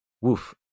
Woof